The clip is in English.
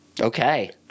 Okay